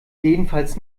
jedenfalls